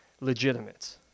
legitimate